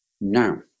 now